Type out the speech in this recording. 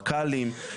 רק"לים,